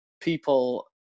people